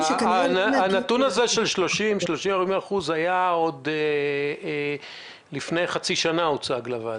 הנתון הזה של 30%-40% הוצג לוועדה עוד לפני חצי שנה.